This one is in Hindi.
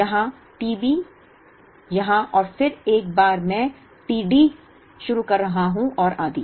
यहाँ t B यहाँ और फिर एक बार मैं t D शुरू कर रहा हूं और आदि